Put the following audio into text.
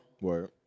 Word